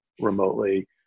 remotely